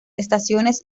estaciones